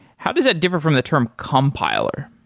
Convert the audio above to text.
how does that differ from the term compiler?